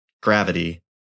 Gravity